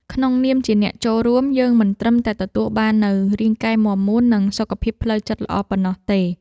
ក្នុងនាមជាអ្នកចូលរួម យើងមិនត្រឹមតែទទួលបាននូវរាងកាយមាំមួន និងសុខភាពផ្លូវចិត្តល្អប៉ុណ្ណោះទេ។